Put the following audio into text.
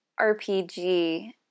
RPG